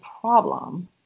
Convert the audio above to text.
problem